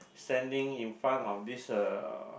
standing in front of this uh